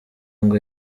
ngo